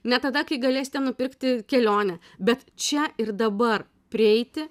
ne tada kai galėsite nupirkti kelionę bet čia ir dabar prieiti